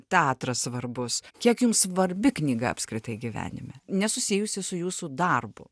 teatras svarbus kiek jum svarbi knyga apskritai gyvenime nesusijusi su jūsų darbu